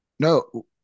No